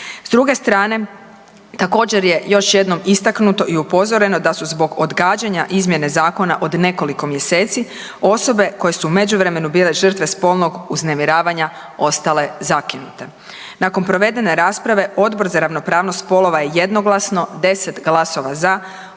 S druge strane, također je još jedanput istaknuto i upozoreno da su zbog odgađanja izmjene zakona od nekoliko mjeseci osobe koje su u međuvremenu bile žrtve spolnog uznemiravanja ostale zakinute. Nakon provedene rasprave, Odbor za ravnopravnost spolova je jednoglasno, 10 glasova za